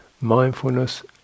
mindfulness